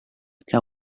que